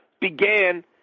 began